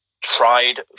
tried